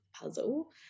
puzzle